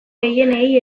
gehienei